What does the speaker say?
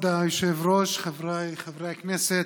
כבוד היושב-ראש, חבריי חברי הכנסת,